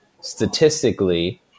statistically